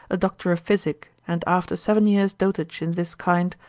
a doctor of physic, and after seven years' dotage in this kind,